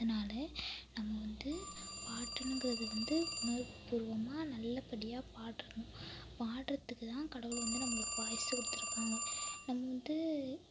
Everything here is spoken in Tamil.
அதனால் நம்ம வந்து பாட்டுங்குறது வந்து உணர்வு பூர்வமாக நல்லபடியாக பாடணும் பாடுறதுதுக்கு தான் கடவுள் வந்து நம்மளுக்கு வாய்ஸ் கொடுத்துருக்காங்க நம்ம வந்து